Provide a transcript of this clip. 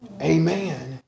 amen